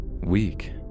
weak